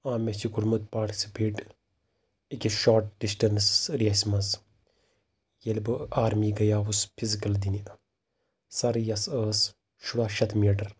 آ مےٚ چھِ کوٚرمُت پاٹسِپیٹ أکِس شاٹ ڈِسٹیٚنٕس ریسہِ منٛز ییٚلہِ بہٕ آرمی گٔیاوُس فزِکَل دِنہِ سۄ ریس ٲسۍ شُراہ شیٚتھ میٖٹر